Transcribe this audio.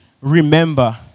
Remember